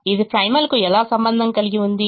ఇది ప్రైమల్కు ఎలా సంబంధం కలిగి ఉంది